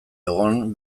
egon